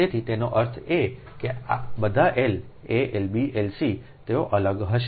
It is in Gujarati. તેથી તેનો અર્થ એ કે બધા L a L b L c તેઓ અલગ હશે